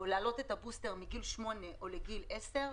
או להעלות את השימוש בבוסטר מגיל שמונה לגיל 10,